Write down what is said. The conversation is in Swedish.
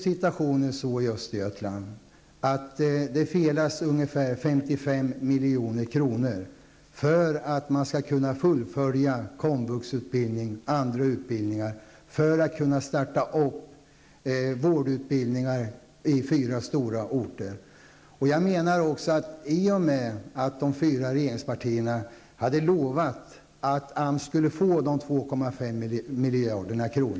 Situationen i Östergötland är sådan att det felas ungefär 55 milj.kr. för att man skall kunna fullfölja komvuxutbildning och andra utbildningar och för att kunna starta vårdutbildning i fyra stora orter. De fyra regeringspartierna hade ju lovat att AMS skulle få de 2,5 miljarderna.